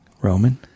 Roman